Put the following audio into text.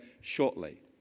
shortly